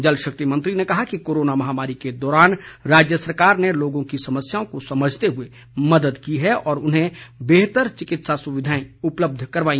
जल शक्ति मंत्री ने कहा कि कोरोना महामारी के दौरान राज्य सरकार ने लोगों की समस्याओं को समझते हुए मदद की है और उन्हें बेहतर चिकित्सा सुविधाएं उपलब्ध करवाई